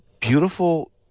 beautiful